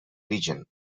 region